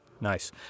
nice